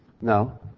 No